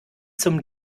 zum